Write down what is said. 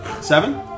Seven